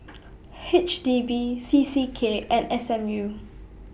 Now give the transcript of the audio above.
H D B C C K and S M U